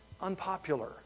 unpopular